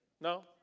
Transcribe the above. No